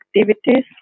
activities